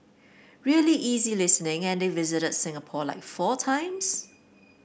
really easy listening and they visited Singapore like four times